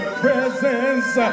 presence